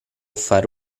fare